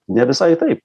ne visai tai